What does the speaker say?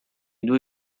due